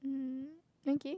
um okay